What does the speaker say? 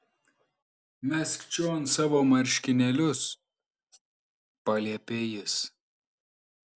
mesk čion savo marškinėlius paliepė jis